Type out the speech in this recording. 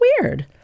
weird